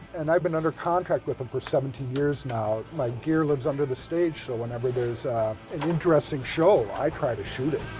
and i've been under contract with them for seventeen years now. my gear lives under the stage, so whenever there's an interesting show, i try to shoot it.